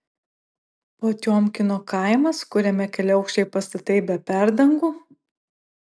potiomkino kaimas kuriame keliaaukščiai pastatai be perdangų